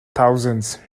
thousands